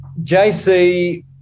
JC